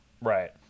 Right